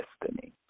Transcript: destiny